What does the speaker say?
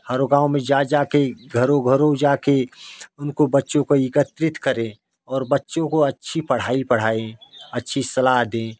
हर गाँव में जा जा कर घरों घरों जा कर उनको बच्चों को एकत्रित करें और बच्चों को अच्छी पढ़ाई पढ़ाए अच्छी सलाह दें